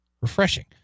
refreshing